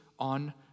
On